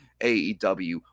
AEW